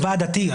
ועד דתי.